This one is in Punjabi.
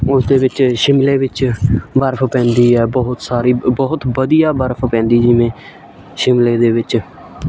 ਉਸ ਦੇ ਵਿੱਚ ਸ਼ਿਮਲੇ ਵਿੱਚ ਬਰਫ਼ ਪੈਂਦੀ ਹੈ ਬਹੁਤ ਸਾਰੀ ਬ ਬਹੁਤ ਵਧੀਆ ਬਰਫ਼ ਪੈਂਦੀ ਜਿਵੇਂ ਸ਼ਿਮਲੇ ਦੇ ਵਿੱਚ